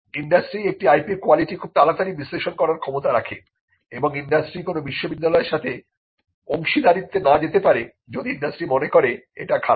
industry একটি IP র quality খুব তাড়াতাড়ি বিশ্লেষণ করার ক্ষমতা রাখে এবং ইন্ডাস্ট্রি কোন বিশ্ববিদ্যালয়ের সাথে অংশীদারিত্বে না যেতে পারে যদি ইন্ডাস্ট্রি মনে করে এটা খারাপ